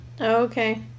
Okay